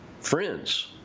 Friends